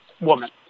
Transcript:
woman